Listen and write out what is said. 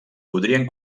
podrien